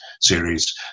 series